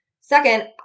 Second